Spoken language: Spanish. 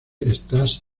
estas